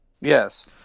Yes